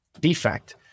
defect